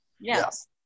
Yes